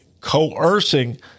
coercing